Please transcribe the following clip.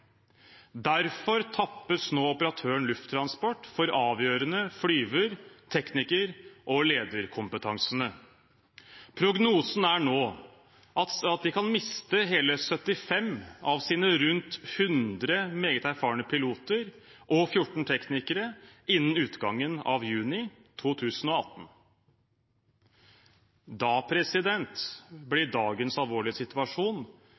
Derfor tappes nå operatøren Lufttransport for avgjørende flyver-, tekniker- og lederkompetanse. Prognosen er nå at de kan miste hele 75 av sine rundt 100 meget erfarne piloter og 14 teknikere innen utgangen av juni 2018. Da blir dagens alvorlige situasjon